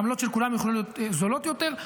העמלות של כולנו יכולות להיות זולות יותר.